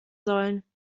sollen